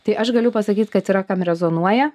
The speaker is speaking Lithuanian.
tai aš galiu pasakyt kad yra kam rezonuoja